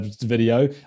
video